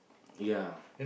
yeah